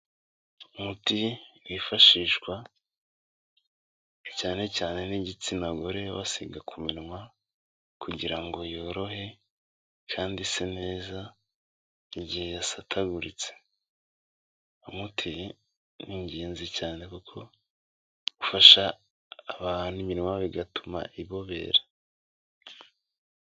Umuti wifashishwa cyane cyane n'igitsina gore basiga ku minwa kugira ngo yorohe kandi ise neza igihe yasataguritse, uwo muti n'ingenzi cyane kuko ufasha abantu, iminwa yabo ugatuma ibobera.